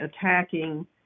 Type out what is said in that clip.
attacking